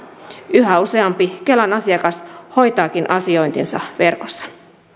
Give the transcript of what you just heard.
yhä useampi kelan asiakas hoitaakin asiointinsa verkossa